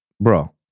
Bro